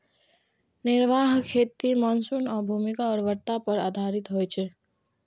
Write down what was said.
निर्वाह खेती मानसून आ भूमिक उर्वरता पर आधारित होइ छै